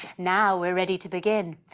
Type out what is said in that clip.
now we're ready to begin.